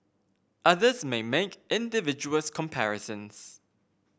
others may make invidious comparisons